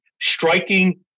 striking